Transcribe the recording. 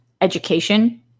Education